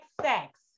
sex